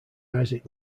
isaac